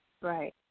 right